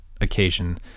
occasion